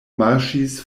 marŝis